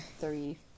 three